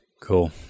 Cool